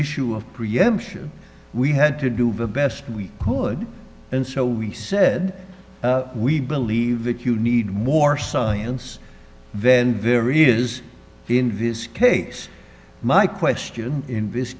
issue of preemption we had to do the best we would and so we said we believe that you need more science then very it is in this case my question in this